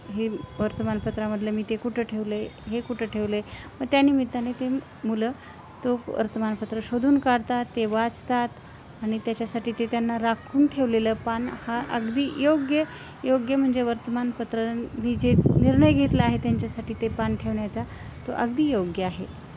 हे वर्तमानपत्रामधलं मी ते कुठं ठेवले हे कुठं ठेवले मग त्या निमित्ताने ते मुलं तो वर्तमानपत्र शोधून काढतात ते वाचतात आणि त्याच्यासाठी ते त्यांना राखून ठेवलेलं पान हा अगदी योग्य योग्य म्हणजे वर्तमानपत्रांनी जे निर्णय घेतला आहे त्यांच्यासाठी ते पान ठेवण्याचा तो अगदी योग्य आहे